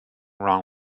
wrong